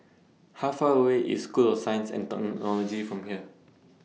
How Far away IS School of Science and Technology from here